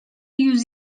yüz